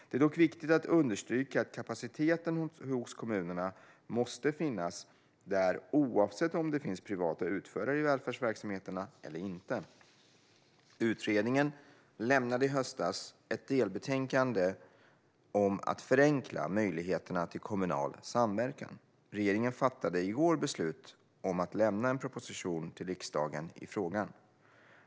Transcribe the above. Det är dock viktigt att understryka att kapaciteten hos kommunerna måste finnas där oavsett om det finns privata utförare i välfärdsverksamheterna eller inte. Utredningen lämnade i höstas ett delbetänkande om att förenkla möjligheterna till kommunal samverkan. Regeringen fattade i går beslut om att lämna en proposition till riksdagen i frågan.